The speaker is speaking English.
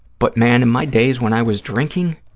but, man, in my days when i was drinking,